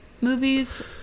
movies